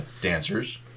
dancers